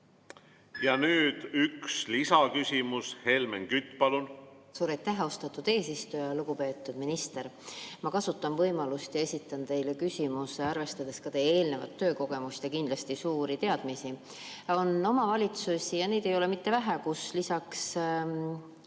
Nüüd üks lisaküsimus. Helmen Kütt, palun! Suur aitäh, austatud eesistuja! Lugupeetud minister! Ma kasutan võimalust ja esitan teile küsimuse, arvestades ka teie eelnevat töökogemust ja kindlasti suuri teadmisi. On omavalitsusi, ja neid ei ole vähe, kus lisaks